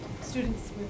students